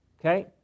Okay